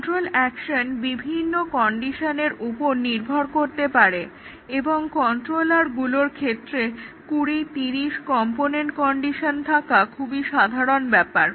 control action বিভিন্ন কন্ডিশনের উপর নির্ভর করতে পারে এবং কন্ট্রোলারগুলোর ক্ষেত্রে 20 30 কম্পোনেন্ট কন্ডিশন থাকা খুবই সাধারণ ব্যাপার